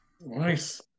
nice